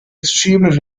extremely